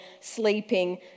Sleeping